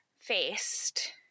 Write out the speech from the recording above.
faced